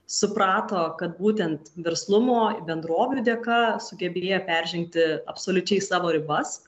suprato kad būtent verslumo bendrovių dėka sugebėjo peržengti absoliučiai savo ribas